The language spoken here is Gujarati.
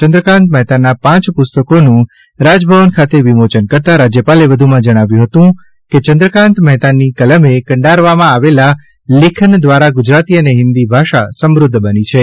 ચંદ્રકાન્ત મહેતાના પાંચ પુસ્તકોનું રાજભવન ખાતે વિમોચન કરતા રાજ્યપાલે વધુમાં જણાવ્યું હતું કે ચંદ્રકાન્ત મહેતાની કલમે કંડારવામાં આવેલા લેખન દ્વારા ગુજરાતી અને હિન્દી ભાષા સમૃદ્ધ બની છે